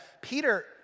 Peter